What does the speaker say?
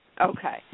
Okay